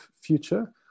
future